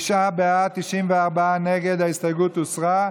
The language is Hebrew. תשעה בעד, 94 נגד, ההסתייגות הוסרה.